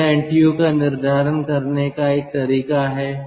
तो यह NTU का निर्धारण करने का एक तरीका है